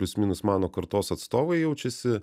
prisiminus mano kartos atstovai jaučiasi